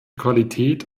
qualität